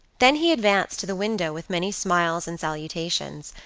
then he advanced to the window with many smiles and salutations,